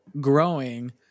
growing